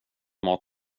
mat